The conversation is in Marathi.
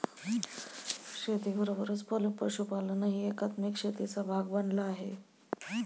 शेतीबरोबरच पशुपालनही एकात्मिक शेतीचा भाग बनला आहे